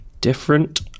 Different